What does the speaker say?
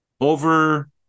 over